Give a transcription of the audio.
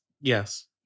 Yes